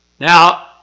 Now